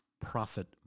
profit